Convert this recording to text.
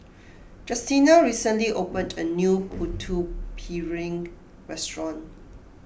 Justina recently opened a new Putu Piring restaurant